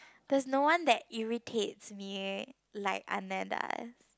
there's no one that irritates me like Aneda